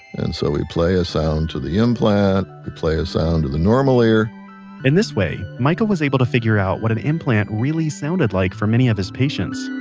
and so we play a sound to the implant, we play a sound to the normal ear in this way, michael was able to figure out what an implant really sounded like for many of his patients